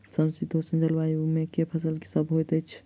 समशीतोष्ण जलवायु मे केँ फसल सब होइत अछि?